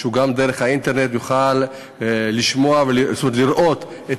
שהוא גם דרך האינטרנט יוכל לראות את